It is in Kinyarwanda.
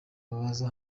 baza